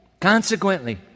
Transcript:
Consequently